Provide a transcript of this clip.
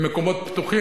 הם מקומות פתוחים,